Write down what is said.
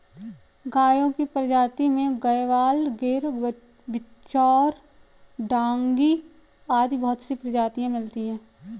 गायों की प्रजाति में गयवाल, गिर, बिच्चौर, डांगी आदि बहुत सी प्रजातियां मिलती है